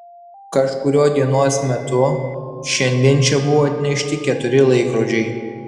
kažkuriuo dienos metu šiandien čia buvo atnešti keturi laikrodžiai